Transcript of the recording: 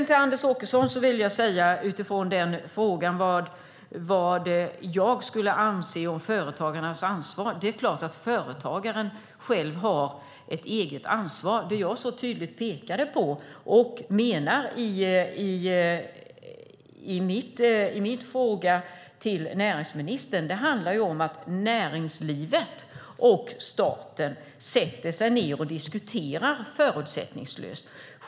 Till Anders Åkesson vill jag säga, som svar på frågan vad jag anser om företagarnas ansvar, att det är klart att företagaren själv har ett eget ansvar. Det som jag så tydligt pekade på i min fråga till näringsministern var behovet av att näringslivet och staten sätter sig ned och diskuterar förutsättningslöst.